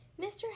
Mr